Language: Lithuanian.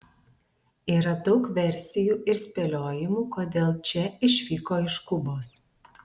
yra daug versijų ir spėliojimų kodėl če išvyko iš kubos